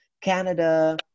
Canada